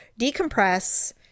decompress